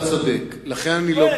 אתה צודק, לכן אני לא